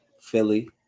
Philly